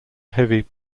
heavy